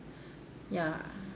ya ya